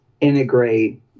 integrate